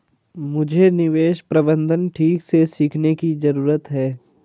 मुझे निवेश प्रबंधन ठीक से सीखने की जरूरत है